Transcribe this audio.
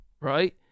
right